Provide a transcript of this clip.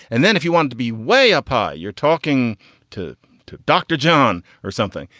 and then if you wanted to be way up high, you're talking to to dr. john or something.